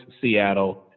Seattle